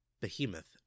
Behemoth